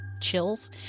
chills